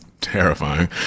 terrifying